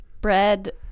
bread